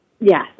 Yes